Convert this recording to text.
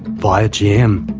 via gm.